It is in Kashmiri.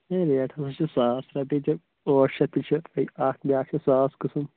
اے ریٹ ہَسا چھِ ساس رۄپیہِ تہِ ٲٹھ شیٚتھ تہِ چھِ بیٚیہِ اَکھ بیٛاکھ چھِ صاف قٕسٕم